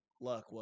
Luck